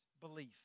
belief